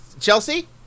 Chelsea